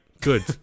good